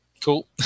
Cool